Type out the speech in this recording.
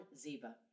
Ziba